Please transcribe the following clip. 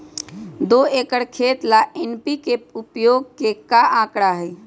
दो एकर खेत ला एन.पी.के उपयोग के का आंकड़ा होई?